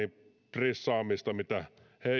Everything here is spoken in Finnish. prissaamista mitä